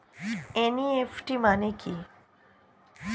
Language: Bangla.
এন.ই.এফ.টি মানে কি?